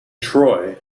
troy